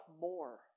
more